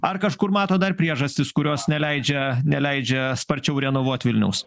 ar kažkur matot dar priežastis kurios neleidžia neleidžia sparčiau renovuot vilniaus